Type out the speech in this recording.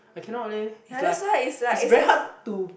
I cannot leh it's like it's very hard to